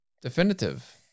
definitive